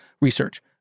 research